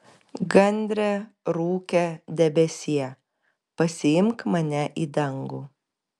gandre rūke debesie pasiimk mane į dangų